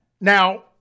Now